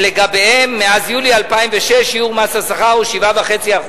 שלגביהם, מאז יולי 2006, שיעור מס השכר הוא 7.5%,